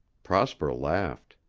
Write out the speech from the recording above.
prosper laughed.